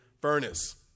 furnace